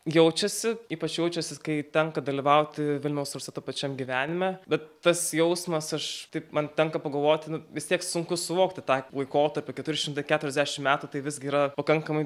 jaučiasi ypač jaučiasi kai tenka dalyvauti vilniaus universiteto pačiam gyvenime bet tas jausmas aš taip man tenka pagalvoti nu vis tiek sunku suvokti tą laikotarpį keturi šimtai keturiasdešim metų tai visgi yra pakankamai